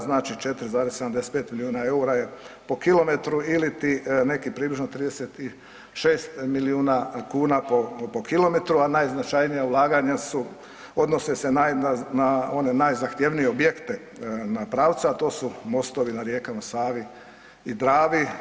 Znači 4,75 milijuna eura je po kilometru iliti neki približno 36 milijuna kuna po kilometru, a najznačajnija ulaganja su odnose se na one najzahtjevnije objekte pravca, a to su mostovi na rijekama Savi i Dravi.